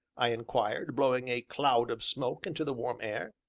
i inquired, blowing a cloud of smoke into the warm air.